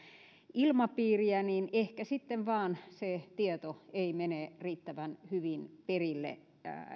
ilmapiiriä ehkä sitten vain se tieto ei mene riittävän hyvin perille